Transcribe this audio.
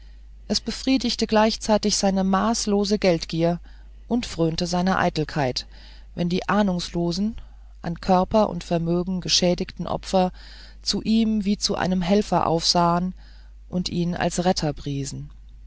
es befriedigte gleichzeitig seine maßlose geldgier und frönte seiner eitelkeit wenn die ahnungslosen an körper und vermögen geschädigten opfer zu ihm wie zu einem helfer aufsahen und ihn als